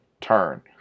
turn